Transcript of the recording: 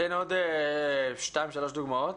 תן עוד שתיים-שלוש דוגמאות.